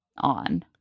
on